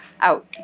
out